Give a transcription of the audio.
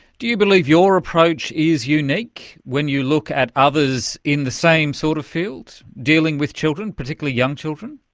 do you believe your approach is unique when you look at others in the same sort of field, dealing with children, particularly young children?